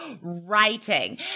writing